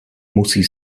musí